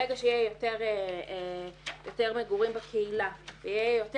ברגע שיהיו יותר מגורים בקהילה ויהיו יותר